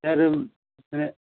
sir मैं